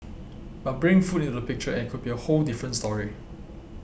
but bring food into the picture and it could be a whole different story